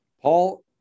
Paul